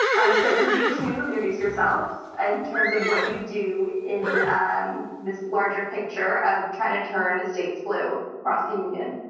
um so could you two introduce yourselves in and terms of what you do in um this larger picture of trying to turn the state's blue across a union?